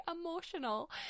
emotional